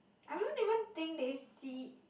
I don't even think they see